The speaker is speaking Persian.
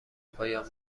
پایان